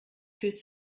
que